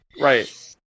right